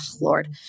Lord